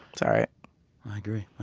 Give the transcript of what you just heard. it's all right i agree.